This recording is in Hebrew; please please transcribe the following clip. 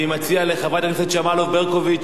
אני מציע לחברת הכנסת שמאלוב-ברקוביץ